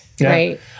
Right